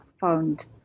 found